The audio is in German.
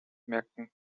merken